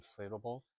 inflatable